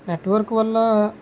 network వల్ల